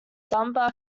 dunbar